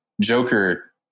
Joker